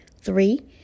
Three